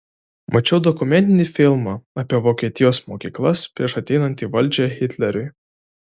mačiau dokumentinį filmą apie vokietijos mokyklas prieš ateinant į valdžią hitleriui